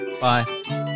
Bye